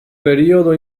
periodo